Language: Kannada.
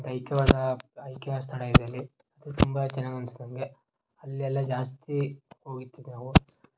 ಒಂದು ಐಕ್ಯವಾದ ಐಕ್ಯವಾದ ಸ್ಥಳ ಇದೆ ಅಲ್ಲಿ ಅದು ತುಂಬ ಚೆನ್ನಾಗ್ ಅನಿಸ್ತು ನನಗೆ ಅಲ್ಲಿ ಎಲ್ಲ ಜಾಸ್ತೀ ಹೋಗಿದೀವಿ ನಾವು